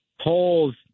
Polls